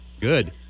Good